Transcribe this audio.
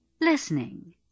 Listening